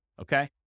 Okay